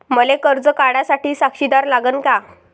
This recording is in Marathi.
मले कर्ज काढा साठी साक्षीदार लागन का?